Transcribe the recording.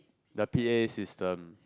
the P_A system